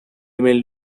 mail